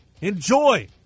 Enjoy